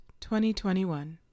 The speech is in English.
2021